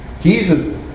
Jesus